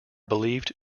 believed